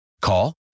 Call